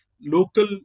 local